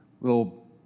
Little